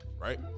right